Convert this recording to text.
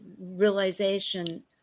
realization